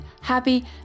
happy